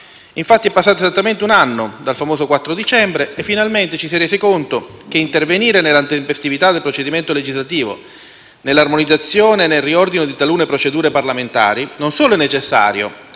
Infatti, è passato esattamente un anno dal famoso 4 dicembre e finalmente ci si è resi conto che intervenire sulla tempestività del procedimento legislativo, sull'armonizzazione e sul riordino di talune procedure parlamentari è non solo necessario